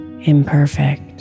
imperfect